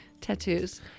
tattoos